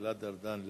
גלעד ארדן,